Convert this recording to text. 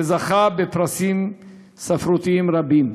וזכה בפרסים ספרותיים רבים.